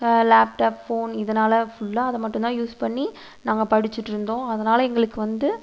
laptop phone இதனால் ஃபுல்லாக அதைமட்டும் தான் யூஸ் பண்ணி நாங்கள் படிச்சுட்டுருந்தோம் அதனால் எங்களுக்கு வந்து